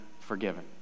forgiven